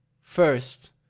First